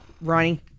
Ronnie